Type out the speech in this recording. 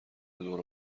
دور